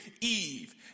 Eve